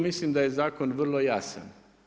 Mislim da je zakon vrlo jasan.